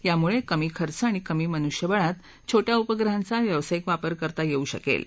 यामुळळिमी खर्च आणि कमी मनुष्यबळात छोट्या उपग्रहांचा व्यावसायिक वापर करता यस्ति शक्ति